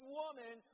woman